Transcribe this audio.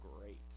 great